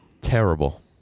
Terrible